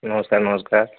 नमस्कार नमस्कार